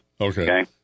okay